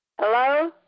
Hello